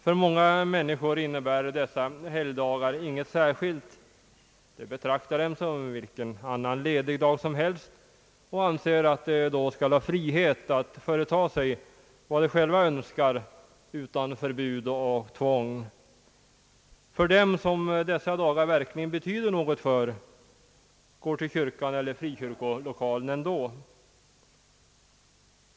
För många människor innebär dessa helgdagar ingenting särskilt. De betraktar dem som vilken annan ledig dag som helst och anser att de då skall ha frihet att företa sig vad de själva önskar utan förbud och tvång. De som anser dessa dagar verkligen betydelsefulla, går ändå till kyrkan eller frikyrkolokalen.